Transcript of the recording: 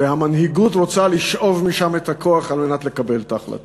והמנהיגות רוצה לשאוב משם את הכוח על מנת לקבל את ההחלטה.